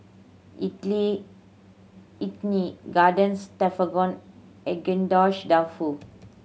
Idili Idili Garden Stroganoff Agedashi Dofu